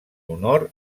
honor